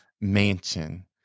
mansion